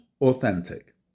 authentic